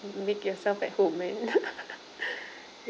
make yourself at home man